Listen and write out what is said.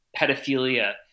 pedophilia